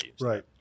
Right